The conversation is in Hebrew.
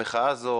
המחאה הזו